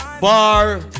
bar